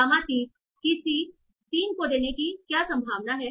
gamma 3 C 3 को देने की क्या संभावना है